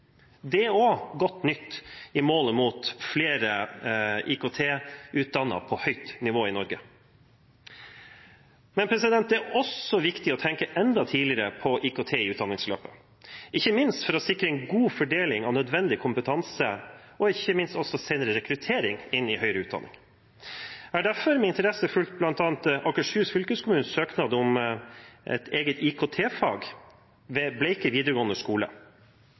Det er også godt nytt i målet mot flere IKT-utdannende på høyt nivå i Norge. Det er også viktig å tenke enda tidligere på IKT i utdanningsløpet, ikke minst for å sikre en god fordeling av nødvendig kompetanse og senere rekruttering inn i høyre utdanning. Jeg har derfor med interesse fulgt bl.a. Akershus fylkeskommunes søknad om et eget IKT-fag ved Bleiker videregående skole.